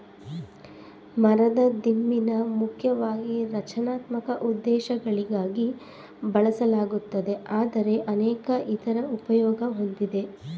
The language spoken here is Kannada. ಮರದ ದಿಮ್ಮಿನ ಮುಖ್ಯವಾಗಿ ರಚನಾತ್ಮಕ ಉದ್ದೇಶಗಳಿಗಾಗಿ ಬಳಸಲಾಗುತ್ತದೆ ಆದರೆ ಅನೇಕ ಇತರ ಉಪಯೋಗ ಹೊಂದಿದೆ